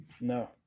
No